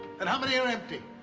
and how many are empty?